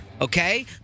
Okay